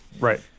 Right